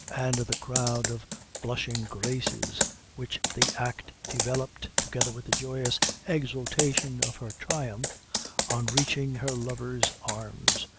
and the crowd of blushing graces which the act developed, together with the joyous exultation of her triumph on reaching her lover's arms,